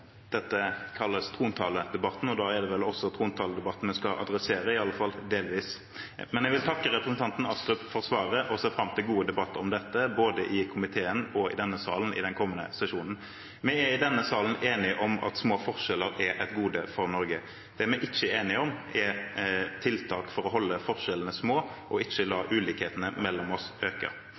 Dette kalles trontaledebatten, og da er det vel trontalen vi skal adressere, i alle fall delvis. Men jeg vil takke representanten Astrup for svaret og ser fram til gode debatter om dette både i komiteen og i denne salen i den kommende sesjonen. Vi er i denne salen enige om at små forskjeller er et gode for Norge. Det vi ikke er enige om, er tiltak for å holde forskjellene små og ikke la ulikhetene mellom oss øke.